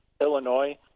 Illinois –